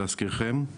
להזכירכם.